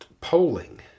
polling